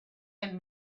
and